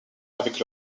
avec